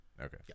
Okay